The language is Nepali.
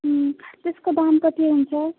त्यस्को दाम कति हुन्छ